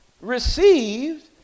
received